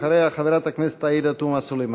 אחריה, חברת הכנסת עאידה תומא סלימאן.